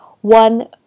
one